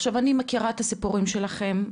אני מכירה את הסיפורים שלכם,